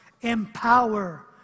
empower